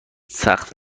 سخت